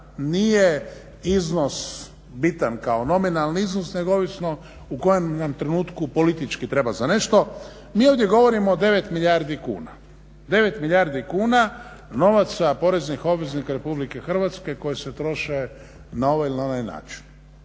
nije iznos bitan kao nominalan iznos, nego ovisno u kojem nam trenutku politički treba za nešto. Mi ovdje govorimo o 9 milijardi kuna, 9 milijardi kuna, novaca poreznih obveznika RH koje se troše na ovaj ili na onaj način